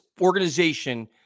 organization